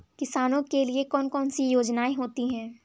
किसानों के लिए कौन कौन सी योजनायें होती हैं?